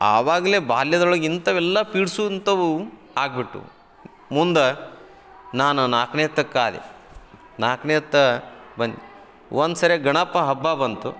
ಆವಾಗಲೇ ಬಾಲ್ಯದೊಳಗೆ ಇಂಥವೆಲ್ಲ ಪೀಡಿಸುವಂತವು ಆಗ್ಬಿಟ್ವು ಮುಂದ ನಾನು ನಾಲ್ಕನೇ ತಕ್ಕಾದೆ ನಾಲ್ಕನೇ ತ ಬಂದು ಒಂದ್ಸರಿಯಾಗೆ ಗಣಪನ ಹಬ್ಬ ಬಂತು